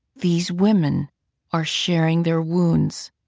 these women are sharing their wounds,